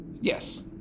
Yes